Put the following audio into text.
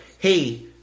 hey